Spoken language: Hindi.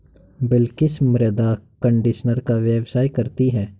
बिलकिश मृदा कंडीशनर का व्यवसाय करती है